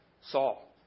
Saul